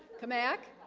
come back